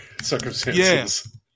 circumstances